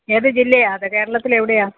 ഏത് ജില്ലയാണ് അത് കേരളത്തിലെവിടെയാ